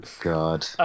God